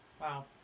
Wow